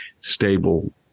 stable